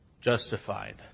justified